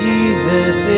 Jesus